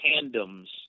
tandems